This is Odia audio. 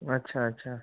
ଆଚ୍ଛା ଆଚ୍ଛା